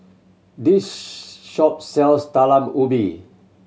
this shop sells Talam Ubi